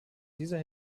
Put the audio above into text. dieser